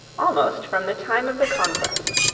almost from the time of the conquest.